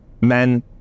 men